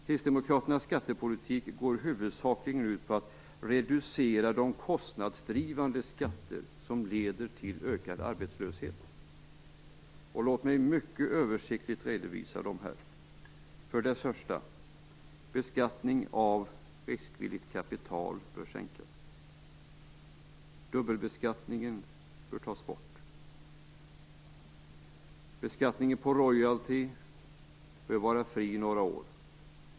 Kristdemokraternas skattepolitik går huvudsakligen ut på att reducera de kostnadsdrivande skatter som leder till ökad arbetslöshet. Låt mig mycket översiktligt redovisa dem här: 1. Beskattningen av riskvilligt kapital bör sänkas. 2. Dubbelbeskattningen bör tas bort. 3. Skatten på royalty bör vara fri några år.